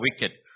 wicked